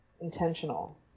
intentional